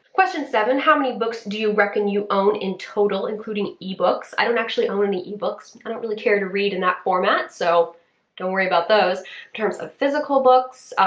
question seven how many books do you reckon you own in total including ebooks? i don't actually own any ebooks. i don't really care to read in that format, so don't worry about those. in terms of physical books,